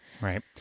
Right